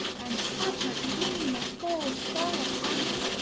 and such a gleam of gold fell upon me,